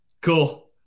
Cool